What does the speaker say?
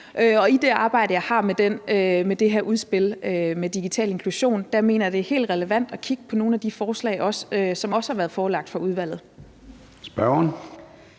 i det arbejde, jeg har med det her udspil om digital inklusion, mener jeg det er helt relevant også at kigge på nogle af de forslag, som har været forelagt for udvalget. Kl.